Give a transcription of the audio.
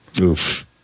oof